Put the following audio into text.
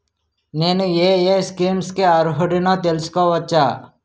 నేను యే యే స్కీమ్స్ కి అర్హుడినో తెలుసుకోవచ్చా?